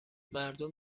مردم